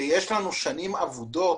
שיש לנו שנים אבודות,